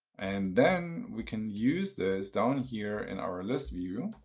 and then we can use this down here in our list view.